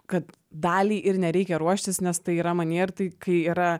kad dalį ir nereikia ruoštis nes tai yra manyje ir tai kai yra